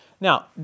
Now